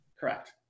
Correct